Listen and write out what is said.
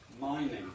mining